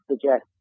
suggest